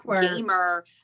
gamer